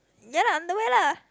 ya lah underwear lah